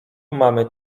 mamy